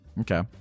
okay